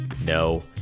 No